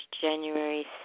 January